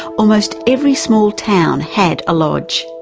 almost every small town had a lodge.